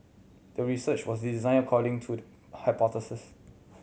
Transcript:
the research was designed according to the hypothesis